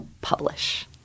publish